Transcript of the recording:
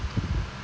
like weekend